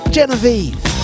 Genevieve